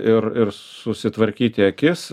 ir ir susitvarkyti akis